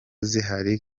zihari